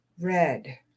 Red